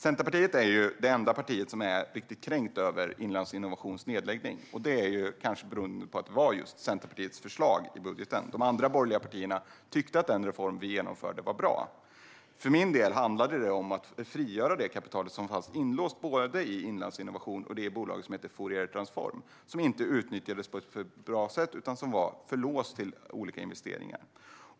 Centerpartiet är det enda parti som är riktigt kränkt av Inlandsinnovations nedläggning. Det beror kanske på att det var just Centerpartiets förslag i budgeten. De andra borgerliga partierna tyckte att den reform som vi genomförde var bra. För min del handlade det om att frigöra det kapital som fanns inlåst både i Inlandsinnovation och i det bolag som heter Fouriertransform, som inte utnyttjades på ett bra sätt utan var för låst till olika investeringar.